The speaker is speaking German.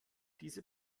diese